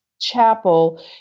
chapel